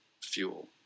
fuel